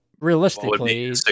realistically